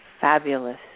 fabulous